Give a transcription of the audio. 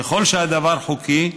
ככל שהדבר חוקי,